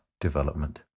development